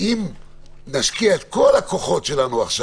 ואם נשקיע את כל כוחותינו כעת